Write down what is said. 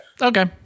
okay